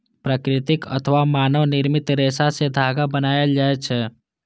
प्राकृतिक अथवा मानव निर्मित रेशा सं धागा बनायल जाए छै